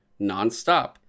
nonstop